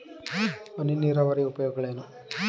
ಹನಿ ನೀರಾವರಿಯ ಉಪಯೋಗಗಳೇನು?